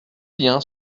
liens